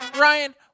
Ryan